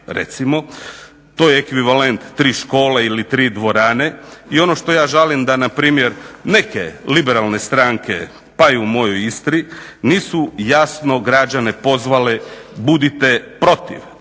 recimo, to je ekvivalent tri škole ili tri dvorane i ono što ja žalim da npr. neke liberalne stranke pa i u mojoj Istri nisu jasno građane pozvale budite protiv,